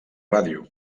ràdio